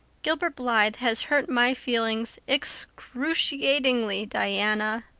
gilbert blythe has hurt my feelings excruciatingly, diana.